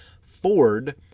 ford